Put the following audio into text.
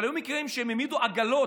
אבל היו מקרים שהם העמידו עגלות,